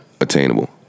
attainable